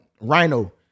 Rhino